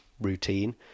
routine